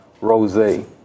Rosé